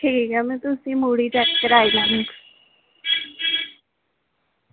ठीक ऐ में तुसेंगी मुड़े गी चैक कराई लैना